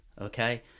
okay